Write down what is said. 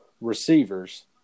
receivers